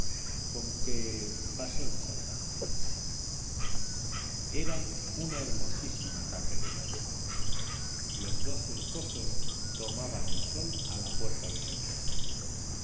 adivinación conque pasemos adelante iii era una hermosísima tarde de mayo los dos esposos tomaban el sol a la puerta de su choza